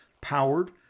powered